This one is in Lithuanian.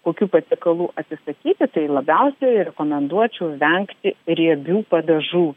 kokių patiekalų atsisakyti tai labiausiai rekomenduočiau vengti riebių padažų